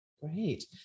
Great